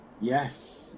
Yes